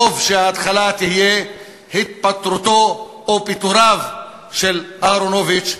טוב שההתחלה תהיה התפטרותו או פיטוריו של אהרונוביץ,